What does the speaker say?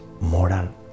moral